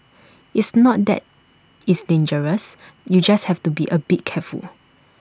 it's not that it's dangerous you just have to be A bit careful